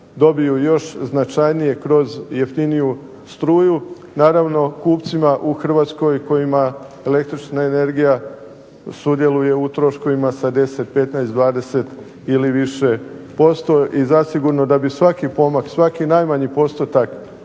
dobiju još značajnije kroz jeftiniju struju. Naravno, kupcima u Hrvatskoj kojima električna energija sudjeluje u troškovima sa 10, 15, 20 ili više posto i zasigurno da bi svaki pomak, svaki najmanji postotak